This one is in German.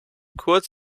kurz